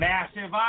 Massive